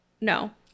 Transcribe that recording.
No